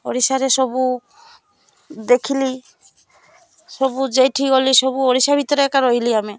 ଓଡ଼ିଶାରେ ସବୁ ଦେଖିଲି ସବୁ ଯେଇଠି ଗଲି ସବୁ ଓଡ଼ିଶା ଭିତରେ ଏକା ରହିଲି ଆମେ